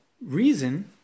reason